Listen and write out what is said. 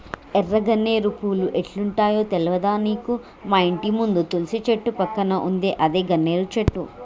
ఎర్ర గన్నేరు పూలు ఎట్లుంటయో తెల్వదా నీకు మాఇంటి ముందు తులసి చెట్టు పక్కన ఉందే అదే గన్నేరు చెట్టు